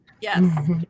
yes